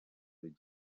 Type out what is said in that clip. les